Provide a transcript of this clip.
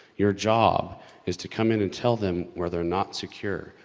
your job is to come in and tell them where they're not secure.